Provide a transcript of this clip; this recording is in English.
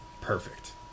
Perfect